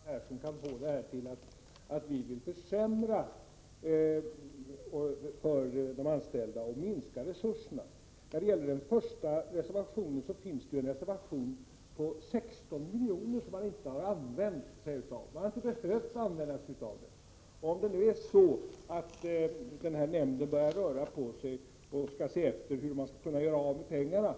Herr talman! Jag förstår inte hur Gustav Persson kan få det till att vi vill försämra för de anställda och minska resurserna. Den första reservationen handlar om att det finns reserverade medel på 16 miljoner som inte har använts, eftersom de inte har behövts. Om denna nämnd nu börjar röra på sig och skall se efter hur den kan göra av med pengarna